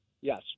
Yes